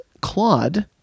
Claude